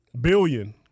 Billion